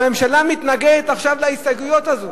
מצד שני מתנגדת עכשיו להסתייגויות האלה?